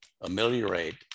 ameliorate